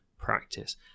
practice